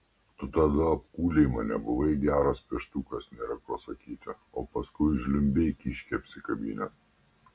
tu tada apkūlei mane buvai geras peštukas nėra ko sakyti o paskui žliumbei kiškį apsikabinęs